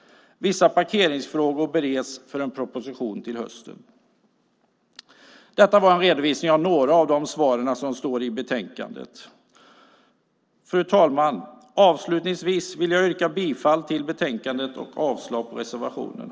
Vissa parkeringsfrågor bereds för en proposition till hösten. Detta var en redovisning av några av de svar som står i betänkandet. Fru talman! Avslutningsvis vill jag yrka bifall till utskottets förslag i betänkandet och avslag på reservationerna.